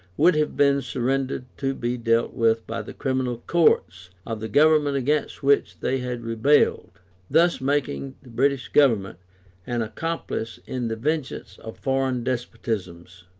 would have been surrendered to be dealt with by the criminal courts of the government against which they had rebelled thus making the british government an accomplice in the vengeance of foreign despotisms.